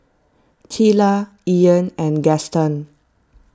Teela Ian and Gaston